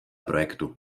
projektu